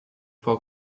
for